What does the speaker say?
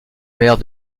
maire